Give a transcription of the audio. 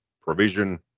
provision